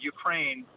Ukraine